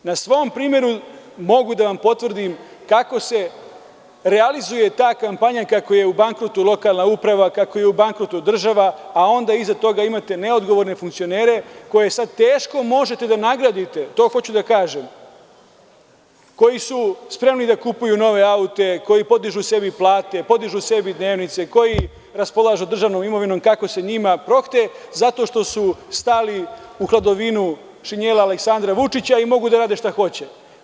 Na svom primeru mogu da vam potvrdim kako se realizuje ta kampanja, kako je u bankrotu lokalna uprava, kako je u bankrotu država, a onda iza toga imate neodgovorne funkcionere koje sada teško možete da nagradite, to hoću da kažem, koji su spremni da kupuju nova auta, koji podižu sebi plate, podižu sebi dnevnice, koji raspolažu državnom imovinom kako se njima prohte, zato što su stali u hladovinu šinjela Aleksandra Vučića i mogu da rade šta hoće.